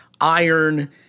Iron